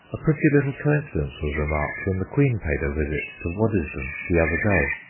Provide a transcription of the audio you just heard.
a pretty little coincidence was remarked when the queen paid a visit to waddesdon the other day.